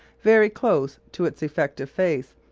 very close to its effective face,